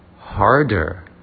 harder